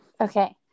Okay